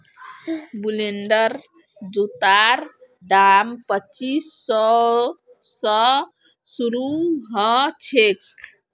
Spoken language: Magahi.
वुडलैंडेर जूतार दाम पच्चीस सौ स शुरू ह छेक